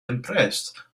impressed